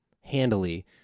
handily